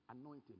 anointing